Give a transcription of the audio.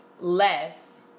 less